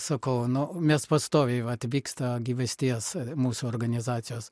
sakau nu mes pastoviai vat vyksta gyvasties mūsų organizacijos